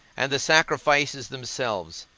and the sacrifices themselves,